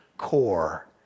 core